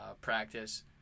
practice